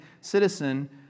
citizen